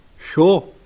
Sure